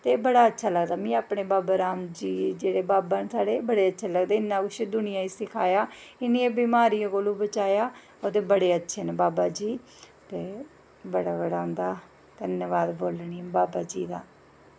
ते बड़ा अच्छा लगदा मिगी बीबी राम देव जी जेह्ड़े बाबा न साढ़े बड़े अच्छे लगदे इन्ना कुछ दुनियें गी सखाया इन्नी बमारियें कोला दा बचाया ते बड़े अच्छे न बाबा जी ते बड़ा बड़ा उं'दा धन्नबाद बोलनी बाबा जी दा